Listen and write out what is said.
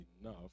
enough